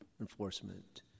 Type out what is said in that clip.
enforcement